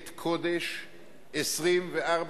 שבוועדת חוקה יש תמיד הרכב מלא,